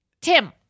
Tim